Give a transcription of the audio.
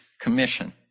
Commission